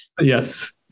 Yes